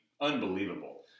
unbelievable